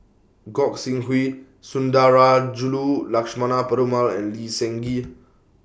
Gog Sing Hooi Sundarajulu Lakshmana Perumal and Lee Seng Gee